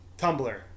Tumblr